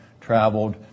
traveled